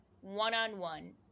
one-on-one